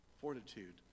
fortitude